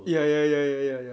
ya ya ya ya ya ya